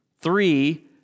Three